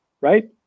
right